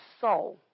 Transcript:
soul